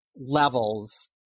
levels